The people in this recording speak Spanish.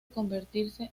convertirse